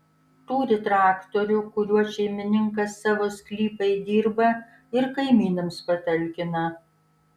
turi traktorių kuriuo šeimininkas savo sklypą įdirba ir kaimynams patalkina